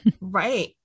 Right